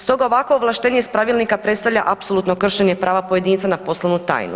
Stoga ovakvo ovlaštenje iz pravilnika predstavlja apsolutno kršenje prava pojedinca na poslovnu tajnu.